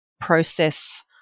process